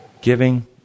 Giving